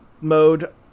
mode